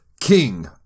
King